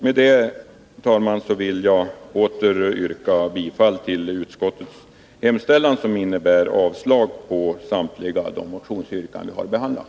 Med detta, herr talman, vill jag åter yrka bifall till utskottets hemställan, som innebär avslag på samtliga motionsyrkanden som vi har behandlat.